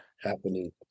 happening